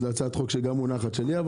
זו הצעת חוק שגם מונחת שלי.